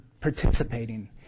participating